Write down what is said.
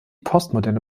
postmoderne